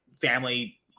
family